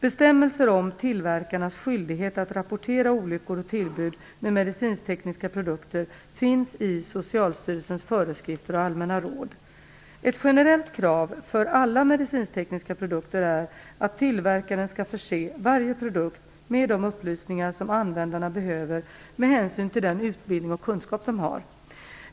Bestämmelser om tillverkarnas skyldighet att rapportera olyckor och tillbud med medicintekniska produkter finns i Socialstyrelsens föreskrifter och allmänna råd Ett generellt krav för alla medicintekniska produkter är att tillverkaren skall förse varje produkt med de upplysningar som användarna behöver med hänsyn till den utbildning och kunskap de har.